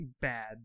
bad